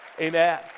Amen